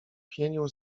pienił